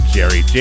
Jerry